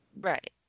right